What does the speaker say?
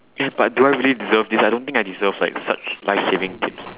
but do I really deserve this I don't think I deserve like such life changing tips